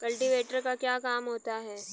Cultivator का क्या काम होता है?